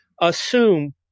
assume